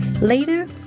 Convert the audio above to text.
Later